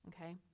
Okay